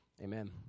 amen